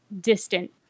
distant